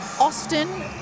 Austin